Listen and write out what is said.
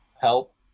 help